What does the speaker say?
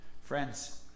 Friends